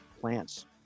Plants